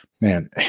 man